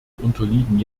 unterliegen